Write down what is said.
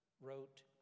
wrote